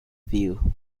view